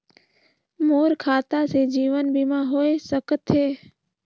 मोर खाता से जीवन बीमा होए सकथे?